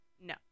no